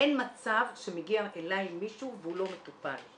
אין מצב שמגיע אלי מישהו והוא לא מטופל.